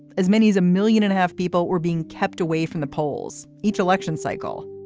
as many as a million and a half people were being kept away from the polls. each election cycle